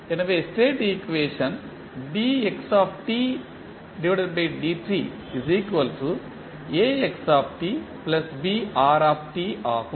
எனவே state equation ஆகும்